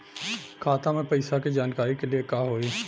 खाता मे पैसा के जानकारी के लिए का होई?